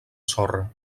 sorra